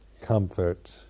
comfort